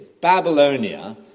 Babylonia